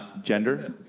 gender?